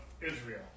Israel